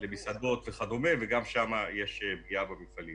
למסעדות וכדו' וגם שם יש פגיעה במפעלים.